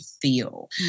feel